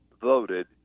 voted